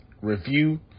review